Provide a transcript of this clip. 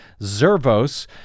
Zervos